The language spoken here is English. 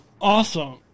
Awesome